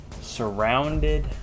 Surrounded